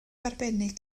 arbennig